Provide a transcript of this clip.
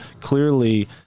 clearly